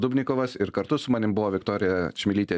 dubnikovas ir kartu su manim buvo viktorija čmilytė